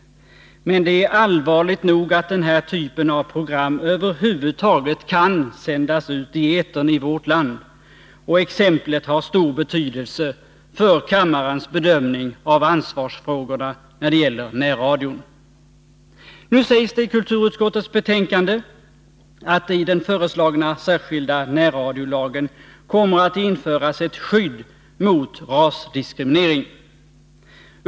Men det är allvarligt nog att den här typen av program över huvud taget kan sändas ut i etern i vårt land, och exemplet har stor betydelse för kammarens bedömning av ansvarsfrågorna när det gäller närradion. Nu sägs det i kulturutskottets betänkande att det i den föreslagna särskilda närradiolagen kommer att införas ett skydd mot rasdiskriminering.